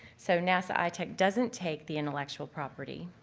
so nasa itech doesn't take the intellectual property,